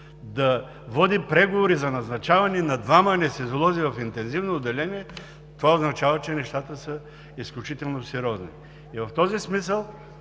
да води преговори за назначаване на двама анестезиолози в интензивно отделение, това означава, че нещата са изключително сериозни. В този смисъл